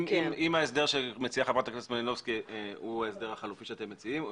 אם ההסדר שמציעה חברת הכנסת מלינובסקי הוא ההסדר החלופי שאתם מציעים,